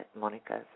Monica's